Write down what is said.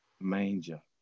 manger